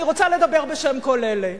אני רוצה לדבר בשם כל אלה.